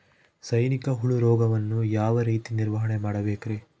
ಸೈನಿಕ ಹುಳು ರೋಗವನ್ನು ಯಾವ ರೇತಿ ನಿರ್ವಹಣೆ ಮಾಡಬೇಕ್ರಿ?